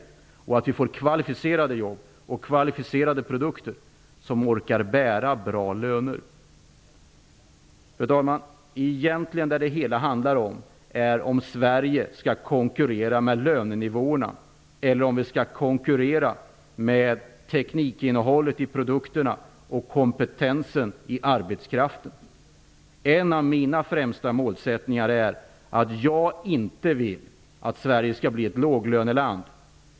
Vi skall ha kvalificerade jobb och kvalificerade produkter som orkar bära goda löner. Fru talman! Vad det egentligen handlar om är om Sverige skall konkurrera med lönenivåerna eller med teknikinnehållet i produkterna och kompetensen i arbetskraften. En av mina främsta målsättningar är att Sverige inte skall bli ett låglöneland.